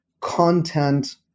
content